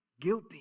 guilty